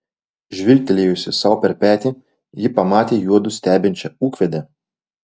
žvilgtelėjusi sau per petį ji pamatė juodu stebinčią ūkvedę